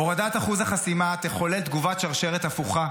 הורדת אחוז החסימה תחולל תגובת שרשרת הפוכה,